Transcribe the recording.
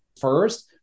first